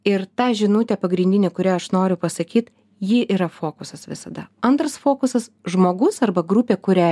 ir ta žinutė pagrindinė kurią aš noriu pasakyt ji yra fokusas visada antras fokusas žmogus arba grupė kurią